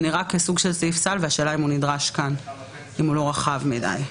זה נראה כמו סעיף סל, והשאלה אם הוא לא רחב מדי.